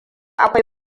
akwai